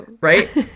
Right